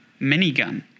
minigun